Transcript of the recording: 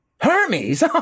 Hermes